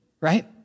right